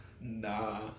nah